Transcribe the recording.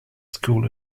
school